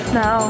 no